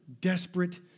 desperate